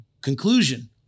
conclusion